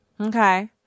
Okay